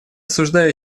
осуждаю